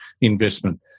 investment